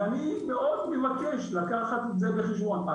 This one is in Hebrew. ואני מאוד מבקש לקחת את זה בחשבון.